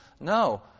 No